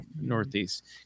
northeast